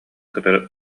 кытары